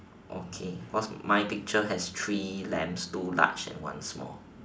okay cause my picture has three lambs two large and one small